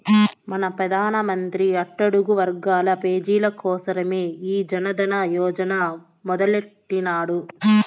మన పెదానమంత్రి అట్టడుగు వర్గాల పేజీల కోసరమే ఈ జనదన యోజన మొదలెట్టిన్నాడు